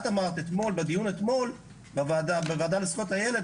אמרת בדיון אתמול בוועדה לזכויות הילד,